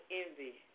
envy